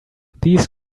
these